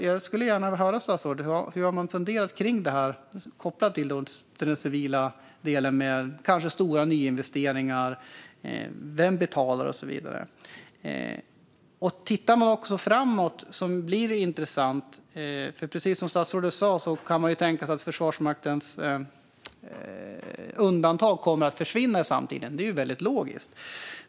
Jag vill gärna höra av statsrådet hur man har funderat kring det här kopplat till den civila delen med kanske stora nyinvesteringar, vem som betalar och så vidare. Också framåt blir det intressant. Precis som statsrådet sa kan man tänka sig att Försvarsmaktens undantag kommer att försvinna i framtiden. Det är logiskt.